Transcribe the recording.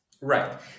Right